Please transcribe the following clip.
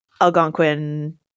Algonquin